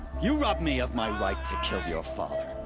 you robbed me of my right to kill your father.